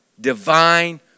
divine